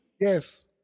yes